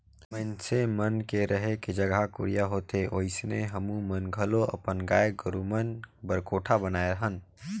मइनसे मन के रहें के जघा कुरिया होथे ओइसने हमुमन घलो अपन गाय गोरु मन बर कोठा बनाये हन